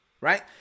right